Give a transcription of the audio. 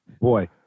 boy